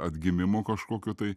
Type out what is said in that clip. atgimimo kažkokio tai